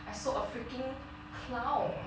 I saw a freaking clown